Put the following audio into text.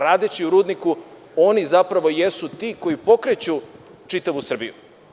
Radeći u rudniku oni zapravo jesu ti koji pokreću čitavu Srbiju.